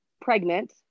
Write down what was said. pregnant